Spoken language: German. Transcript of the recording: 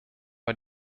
war